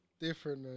different